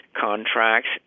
contracts